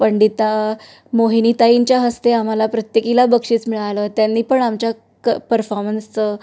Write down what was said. पंडिता मोहिनीताईंच्या हस्ते आम्हाला प्रत्येकीला बक्षीस मिळालं त्यांनी पण आमच्या क परफॉर्मन्सचं